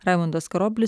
raimundas karoblis